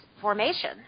formation